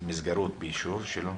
ביישוב שלו.